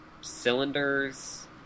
cylinders